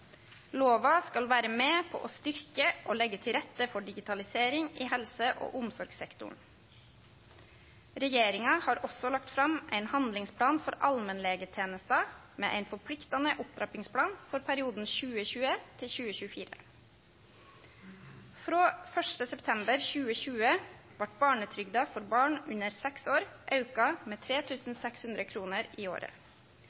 Lova skal vere med på å styrkje og leggje til rette for digitalisering i helse- og omsorgssektoren. Regjeringa har også lagt fram ein handlingsplan for allmennlegetenesta med ein forpliktande opptrappingsplan for perioden 2020–2024. Frå 1. september 2020 vart barnetrygda for barn under seks år auka med